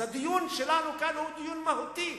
אז הדיון שלנו כאן הוא דיון מהותי,